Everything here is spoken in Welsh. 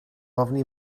ofni